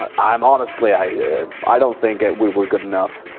ah i'm honestly, i i don't think we were good enough,